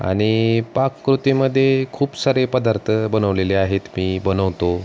आणि पाककृतीमध्ये खूप सारे पदार्थ बनवलेले आहेत मी बनवतो